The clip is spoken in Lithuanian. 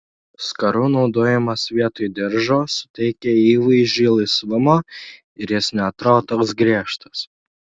skarų naudojimas vietoj diržo suteikia įvaizdžiui laisvumo ir jis neatrodo toks griežtas